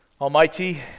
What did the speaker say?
Almighty